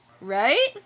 Right